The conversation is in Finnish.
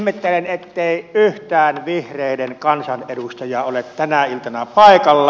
ihmettelen ettei yhtään vihreiden kansanedustajaa ole tänä iltana paikalla